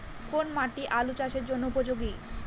কোন মাটি আলু চাষের জন্যে উপযোগী?